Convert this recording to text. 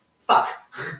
Fuck